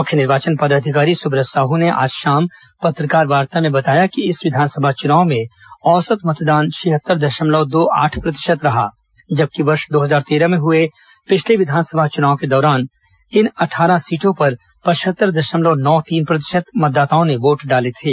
मुख्य निर्वाचन पदाधिकारी सुब्रत साहू ने आज शाम पत्रकारवार्ता में बताया कि इस विधानसभा चुनाव में औसत मतदान छिहत्तर दशमलव दो आठ प्रतिशत रहा जबकि वर्ष दो हजार तेरह में हुए पिछले विधानसभा चुनाव के दौरान इन अट्ठारह सीटों पर पचहत्तर दशमलव नौ तीन प्रतिशत मतदाताओं ने वोट डाले थे